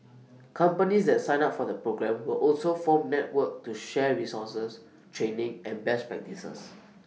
companies that sign up for the programme will also form network to share resources training and best practices